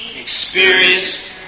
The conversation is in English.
experience